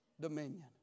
dominion